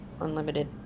unlimited